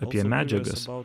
apie medžiagas